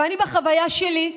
ואני, בחוויה שלי,